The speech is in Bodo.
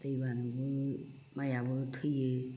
दै बानआवबो माइआबो थैयो